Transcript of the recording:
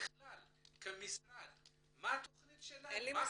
אלא בכלל כמשרד מה התכנית שלהם?